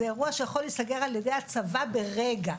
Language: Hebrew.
זה אירוע שיכול להיסגר על ידי הצבא ברגע.